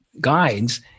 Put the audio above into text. guides